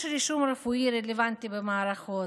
יש רישום רפואי רלוונטי במערכות,